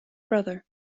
brother